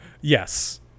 Yes